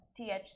THC